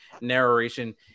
narration